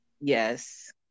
yes